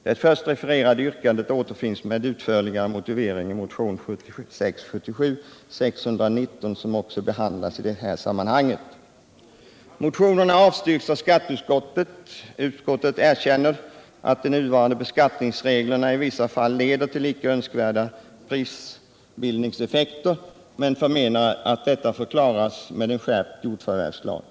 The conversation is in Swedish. Det först refererade yrkandet återfinns med utförlig motivering i motionen 1976/77:619, som också behandlas i detta sammanhang. Motionerna har avstyrkts av skatteutskottet. Utskottet erkänner att de nuvarande beskattningsreglerna i vissa fall leder till icke önskvärda prisbildningseffekter men anser att detta får klaras med en skärpt jordförvärvslag.